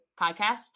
podcast